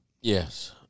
Yes